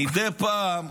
מדי פעם,